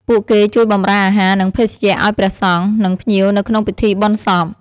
ពួកគេជួយបម្រើអាហារ និងភេសជ្ជៈឲ្យព្រះសង្ឃ និងភ្ញៀវនៅក្នុងពិធីបុណ្យសព។